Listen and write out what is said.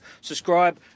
Subscribe